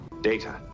Data